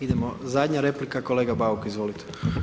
Idemo zadnja replika, kolega Bauk, izvolite.